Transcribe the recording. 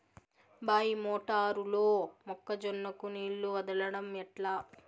బాయి మోటారు లో మొక్క జొన్నకు నీళ్లు వదలడం ఎట్లా?